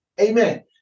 Amen